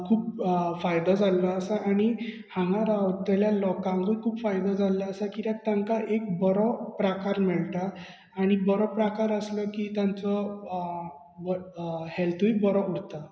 खूब फायदो जाल्लो आसा आनी हांगा रावतल्या लोकांकूय खूब फायदो जालो आसा कित्याक तांकां एक बरो प्रकार मेळटा आनी बरो प्रकार आसलो की तांचो हॅल्थुय बरें उरता